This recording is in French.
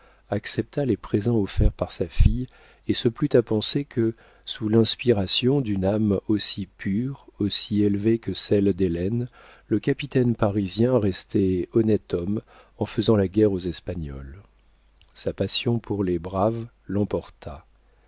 accepta les présents offerts par sa fille et se plut à penser que sous l'inspiration d'une âme aussi pure aussi élevée que celle d'hélène le capitaine parisien restait honnête homme en faisant la guerre aux espagnols sa passion pour les braves l'emporta